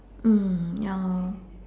mm ya lor